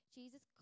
Jesus